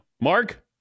Mark